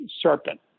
serpent